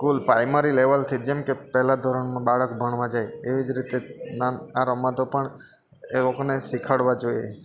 school primary લેવલથી જેમ કે પહેલાં ધોરણનું બાળક ભણવા જાય એવી જ રીતે આ રમતો પણ એ લોકોને શીખવાડવા જોઈએ